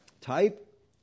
Type